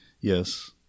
yes